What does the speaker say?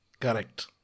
Correct